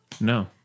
No